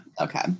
okay